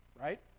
Right